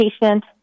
patient